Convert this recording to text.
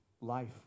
life